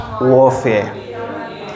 warfare